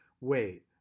wait